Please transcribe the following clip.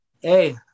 Hey